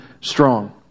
strong